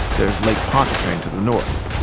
there's lake pontchartrain to the north.